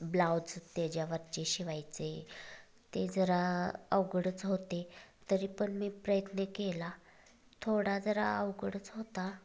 blouse त्याच्यावरचे शिवायचे ते जरा अवघडच होते तरीपण मी प्रयत्न केला थोडा जरा अवघडच होता